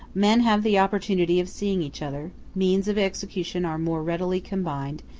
men have the opportunity of seeing each other means of execution are more readily combined,